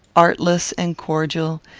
artless, and cordial,